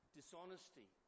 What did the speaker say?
dishonesty